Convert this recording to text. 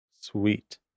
sweet